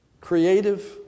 creative